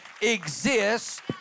exists